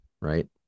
right